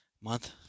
month